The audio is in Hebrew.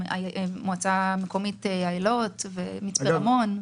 מועצה מקומית אילות, מצפה רמון.